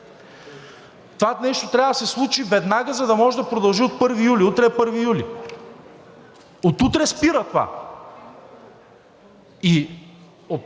Това нещо трябва да се случи веднага, за да може да продължи от 1 юли. Утре е 1 юли. От утре спира това.